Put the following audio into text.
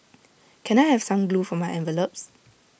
can I have some glue for my envelopes